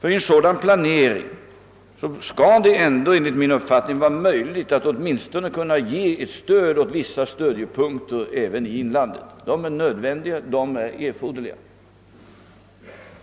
I en sådan planering skall det ändå vara möjligt att åtminstone ge stöd på vissa punkter även i inlandet. Det stödet är erforderligt, ja nödvändigt.